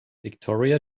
victoria